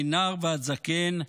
מנער ועד זקן,